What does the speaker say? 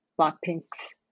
Blackpink's